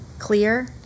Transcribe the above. clear